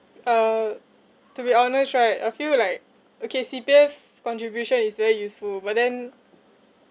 uh to be honest right I feel like okay C_P_F contribution is very useful but then